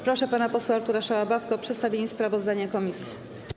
Proszę pana posła Artura Szałabawkę o przedstawienie sprawozdania komisji.